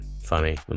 funny